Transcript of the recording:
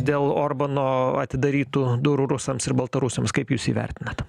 dėl orbano atidarytų durų rusams ir baltarusams kaip jūs jį vertinat